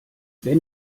wenn